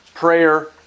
prayer